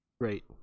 Great